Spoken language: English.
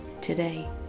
today